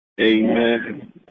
Amen